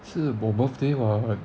是我 birthday [what]